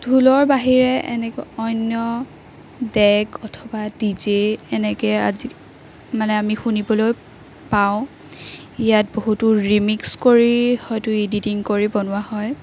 ঢোলৰ বাহিৰে এনেকৈ অন্য ডেক অথবা ডি জে এনেকৈ আজি মানে আমি শুনিবলৈ পাওঁ ইয়াত বহুতো ৰিমিক্স কৰি হয়তো ইডিটিং কৰি বনোৱা হয়